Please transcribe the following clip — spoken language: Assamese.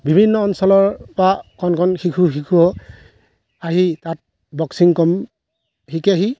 বিভিন্ন অঞ্চলৰপৰা কণ কণ শিশু শিশু আহি তাত বক্সিং শিকেহি